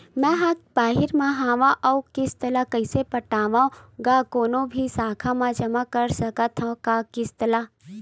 मैं हा बाहिर मा हाव आऊ किस्त ला कइसे पटावव, का कोनो भी शाखा मा जमा कर सकथव का किस्त ला?